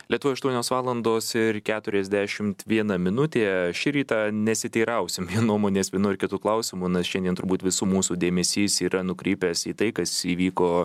lietuvoj aštuonios valandos ir keturiasdešim viena minutė šį rytą nesiteirausim nuomonės vienu ar kitu klausimu nes šiandien turbūt visų mūsų dėmesys yra nukrypęs į tai kas įvyko